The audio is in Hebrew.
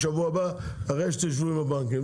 תתייחסו לזה רק בשבוע הבא אחרי שתשבו עם הבנקים.